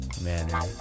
Manner